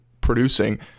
producing